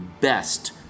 best